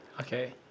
okay